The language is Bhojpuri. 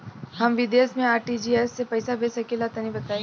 हम विदेस मे आर.टी.जी.एस से पईसा भेज सकिला तनि बताई?